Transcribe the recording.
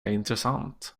intressant